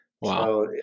Wow